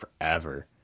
forever